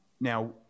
Now